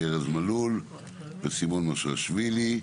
ארז מלול וסימון מושאיאשוילי.